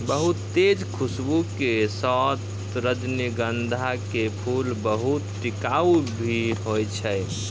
बहुत तेज खूशबू के साथॅ रजनीगंधा के फूल बहुत टिकाऊ भी हौय छै